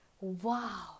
wow